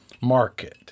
market